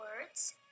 words